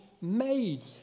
made